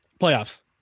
Playoffs